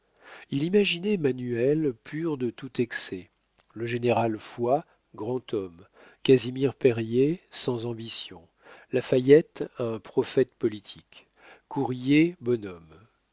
il imaginait manuel pur de tout excès le général foy grand homme casimir périer sans ambition lafayette un prophète politique courier bon